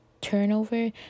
turnover